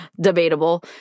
debatable